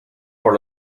por